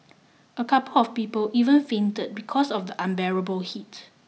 a couple of people even fainted because of the unbearable heat